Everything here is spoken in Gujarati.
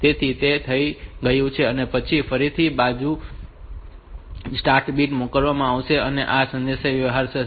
તેથી તે થઈ ગયું છે અને પછી ફરીથી બીજુ સ્ટાર્ટ બીટ મોકલવામાં આવશે અને આ સંદેશાવ્યવહાર થશે